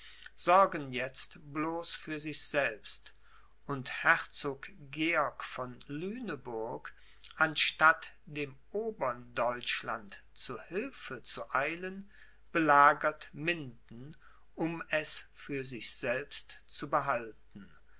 sorgen jetzt bloß für sich selbst und herzog georg von lüneburg anstatt dem obern deutschland zu hilfe zu eilen belagert minden um es für sich selbst zu behalten